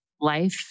life